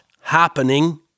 happening